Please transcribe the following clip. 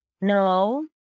No